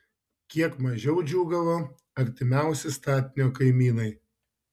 kiek mažiau džiūgavo artimiausi statinio kaimynai